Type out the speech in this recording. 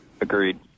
Agreed